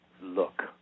look